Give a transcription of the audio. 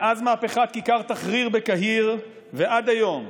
מאז מהפכת כיכר תחריר בקהיר, ועד היום,